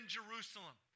Jerusalem